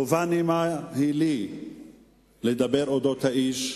חובה נעימה היא לי לדבר על האיש,